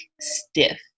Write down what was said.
stiff